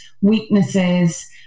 weaknesses